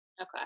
Okay